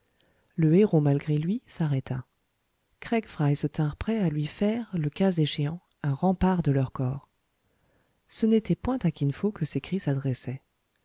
le héros malgré lui s'arrêta craig fry se tinrent prêts à lui faire le cas échéant un rempart de leurs corps ce n'était point à kin fo que